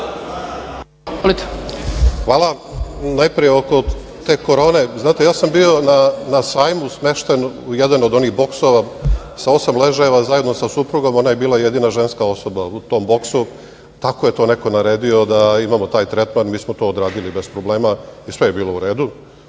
Hvala. Najpre oko te korone. Znate, ja sam bio na sajmu smešten u jedan od onih boksova sa osam ležajeva zajedno sa suprugom. Ona je bila jedina ženska osoba u tom boksu. Tako je to neko naredio da imamo taj tretman. Mi smo to odradili bez problema i sve je bilo u redu.